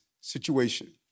situation